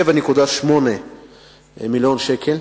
7.8 מיליוני שקלים.